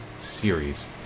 series